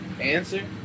answer